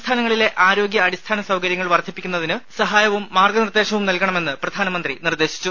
സംസ്ഥാനങ്ങളിലെ ആരോഗ്യ അടിസ്ഥാന സൌകര്യങ്ങൾ വർദ്ധിപ്പിക്കുന്നതിന് സഹായവും മാർഗനിർദ്ദേശവും നൽകണമെന്ന് പ്രധാനമന്ത്രി നിർദ്ദേശിച്ചു